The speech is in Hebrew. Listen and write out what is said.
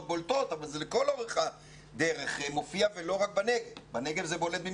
בולטות אבל זה מופיע לכל אורך הדרך ולא רק בנגב אלא